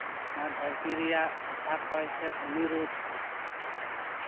ᱱᱚᱣᱟ ᱫᱷᱟᱹᱨᱛᱤ ᱨᱮᱭᱟᱜ ᱦᱟᱥᱟ ᱠᱷᱚᱭ ᱥᱮ ᱵᱷᱩᱢᱤ ᱨᱳᱫᱷ